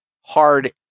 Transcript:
hard